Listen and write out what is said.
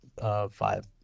five